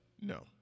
No